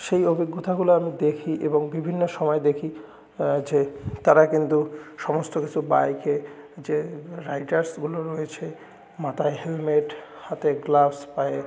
সেই অভিজ্ঞতাগুলো আমি দেখি এবং বিভিন্ন সময় দেখি যে তারা কিন্তু সমস্ত কিছু বাইকে যে রাইডারসগুলো রয়েছে মাথায় হেলমেট হাতে গ্লাভস পায়ে